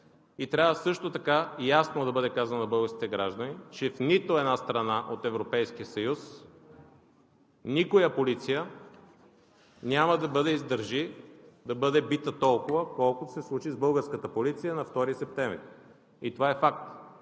И трябва също така ясно да бъде казано на българските граждани, че в нито една страна от Европейския съюз никоя полиция няма да издържи да бъде бита толкова, колкото се случи с българската полиция на 2 септември, и това е факт.